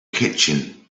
kitchen